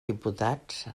diputats